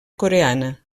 coreana